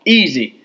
easy